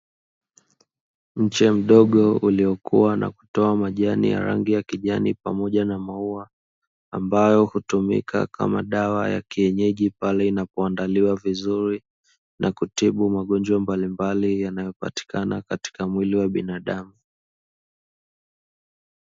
Mche mdogo uliokua na kutoa majani ya rangi ya kijani, pamoja na maua ambayo hutumika kama dawa ya kienyeji, pale inapoandaliwa vizuri na kutibu magonjwa mbalimbali yanayopatikana katika mwili wa binadamu.